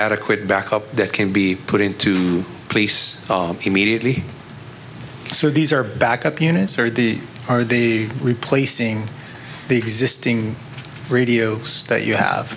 adequate backup that can be put into place immediately so these are backup units are the are the replacing the existing radio state you have